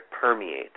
permeates